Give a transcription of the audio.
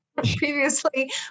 previously